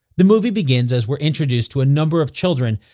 the movie begins as we are introduced to a number of children,